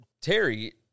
Terry